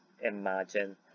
imagine